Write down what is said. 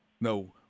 No